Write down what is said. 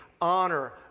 honor